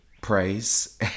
praise